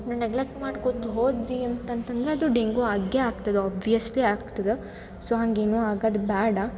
ನೀವು ನೆಗ್ಲೆಟ್ ಮಾಡ್ಕೊತ ಹೋದಿರಿ ಅಂತಂತಂದ್ರೆ ಅದು ಡೆಂಗೂ ಆಗೆ ಆಗ್ತದೆ ಆಬ್ಬಿಯಸ್ಲಿ ಆಗ್ತದೆ ಸೊ ಹಂಗೇನು ಆಗೋದ್ ಬೇಡ